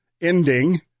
ending